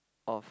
of